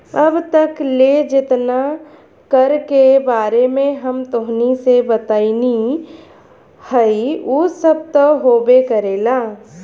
अब तक ले जेतना कर के बारे में हम तोहनी के बतइनी हइ उ सब त होबे करेला